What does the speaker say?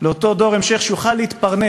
לדור ההמשך שיוכל להתפרנס.